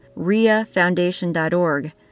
riafoundation.org